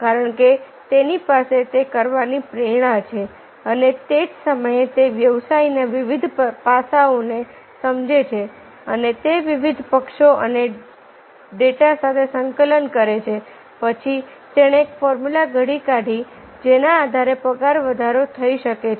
કારણ કે તેની પાસે તે કરવાની પ્રેરણા છે અને તે જ સમયે તે વ્યવસાયના વિવિધ પાસાઓને સમજે છે અને તે વિવિધ પક્ષો અને ડેટા સાથે સંકલન કરે છે પછી તેણે એક ફોર્મ્યુલા ઘડી કાઢી જેના આધારે પગાર વધારો થઈ શકે છે